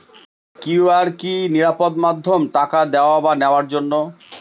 QR কি নিরাপদ মাধ্যম টাকা দেওয়া বা নেওয়ার জন্য?